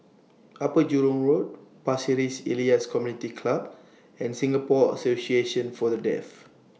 Upper Jurong Road Pasir Ris Elias Community Club and Singapore Association For The Deaf